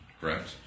correct